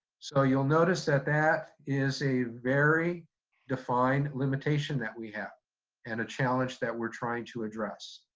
so you'll notice that that is a very defined limitation that we have and a challenge that we're trying to address.